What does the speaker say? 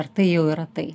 ar tai jau yra tai